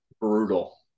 Brutal